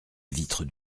vitre